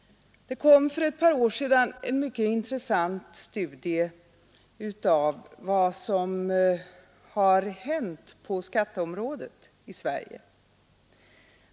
Det kom för ett par år sedan en mycket intressant studie av vad som har hänt på skatteområdet i Sverige.